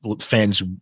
fans